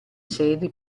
sedi